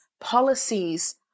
policies